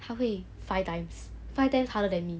她会 five times five times harder than me